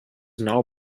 now